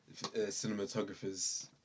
cinematographers